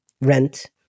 rent